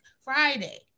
Friday